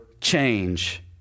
change